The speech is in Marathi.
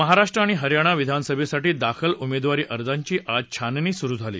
महाराष्ट्र आणि हरयाणा विधानसभेसाठी दाखल उमेदवारी अर्जाची आज छाननी सुरु झाली